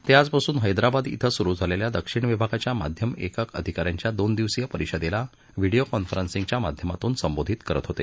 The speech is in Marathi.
ते आजपासून हैदराबाद ांच्या दक्षिण विभागाच्या माध्यम एकक अधिका यांच्या दोन दिवसीय परिषदेला व्हिडीओ कॉन्फरन्सिंगच्या माध्यमातून संबोधित करत होते